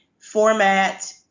format